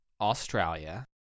Australia